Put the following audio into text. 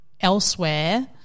elsewhere